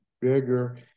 bigger